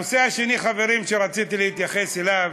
הנושא השני, חברים, שרציתי להתייחס אליו